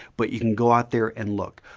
but you can go out there and look.